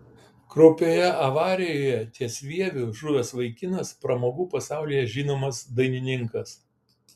kraupioje avarijoje ties vieviu žuvęs vaikinas pramogų pasaulyje žinomas dainininkas